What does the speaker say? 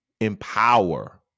empower